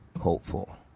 hopeful